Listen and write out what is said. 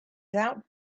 out